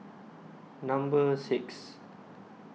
Number six